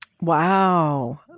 Wow